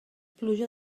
pluja